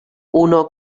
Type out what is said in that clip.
honor